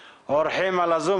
אורחים על הזום,